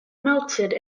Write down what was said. melted